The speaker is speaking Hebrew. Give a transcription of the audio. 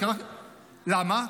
למה?